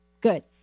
Good